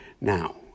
Now